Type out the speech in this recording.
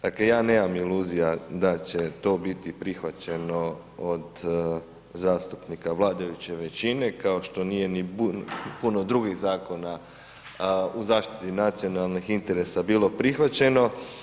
Dakle, ja nemam iluzija da će to biti prihvaćeno od zastupnika vladajuće većine, kao što nije ni puno drugih zakona u zaštiti nacionalnih interesa bilo prihvaćeno.